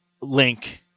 Link